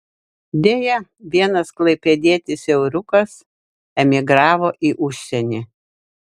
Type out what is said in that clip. deja vienas klaipėdietis euriukas emigravo į užsienį